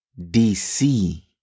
DC